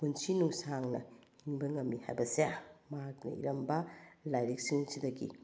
ꯄꯨꯟꯁꯤ ꯅꯨꯡꯁꯥꯡꯅ ꯍꯤꯡꯕ ꯉꯝꯃꯤ ꯍꯥꯏꯕꯁꯦ ꯃꯍꯥꯛꯅ ꯏꯔꯝꯕ ꯂꯥꯏꯔꯤꯛꯁꯤꯡꯁꯤꯗꯒꯤ